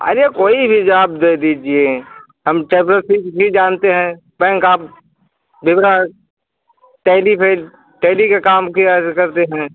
अरे कोई भी जॉब दे दीजिए हम टैबलर भी जानते हैं बैंक ऑफ विवरण टैली फिर टैली का काम किया करते हैं